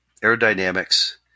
aerodynamics